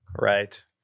Right